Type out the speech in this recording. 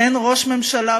אין ראש ממשלה